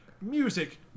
music